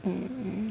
hmm